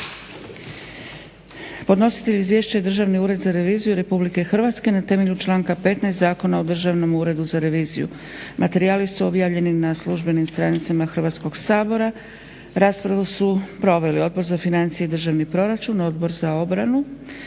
Podnositelj izvješća je Državni ured za reviziju RH na temelju članka 15. Zakona o Državnom uredu za reviziju. Materijali su objavljeni na službenim stranicama Hrvatskog sabora. Raspravu su proveli Odbor za financije i državni proračun, Odbor za obranu,